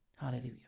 Hallelujah